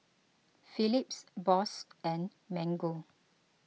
Phillips Bose and Mango